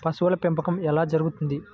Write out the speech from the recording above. పశువుల పెంపకం ఎలా జరుగుతుంది?